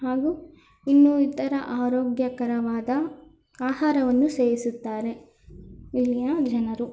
ಹಾಗೂ ಇನ್ನೂ ಇತರ ಆರೋಗ್ಯಕರವಾದ ಆಹಾರವನ್ನು ಸೇವಿಸುತ್ತಾರೆ ಇಲ್ಲಿಯ ಜನರು